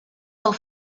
del